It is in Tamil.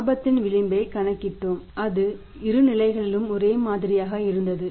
இலாபத்தின் விளிம்பைக் கணக்கிட்டோம் அது இரு நிலைகளிலும் ஒரே மாதிரியாக இருந்தது